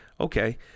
okay